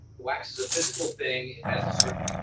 wax is a physical thing, it has a certain,